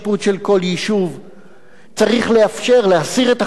צריך לאפשר להסיר את החסמים המינהלתיים שהטילו